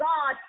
God